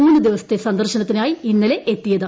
മൂന്നു ദിവസത്തെ സന്ദർശനത്തിനായി ഇന്നലെ എത്തിയത്